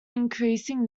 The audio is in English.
increasing